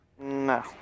No